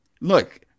look